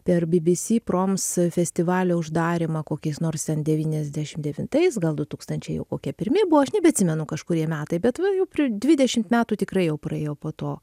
per bbc proms festivalio uždarymą kokiais nors ten devyniasdešim devintais gal du tūkstančiai jau kokie pirmi buvo aš nebeatsimenu kažkurie metai bet va jau prie dvidešimt metų tikrai jau praėjo po to